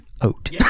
oat